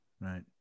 right